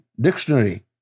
Dictionary